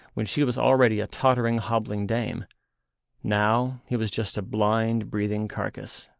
when she was already a tottering, hobbling dame now he was just a blind, breathing carcase,